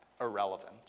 irrelevant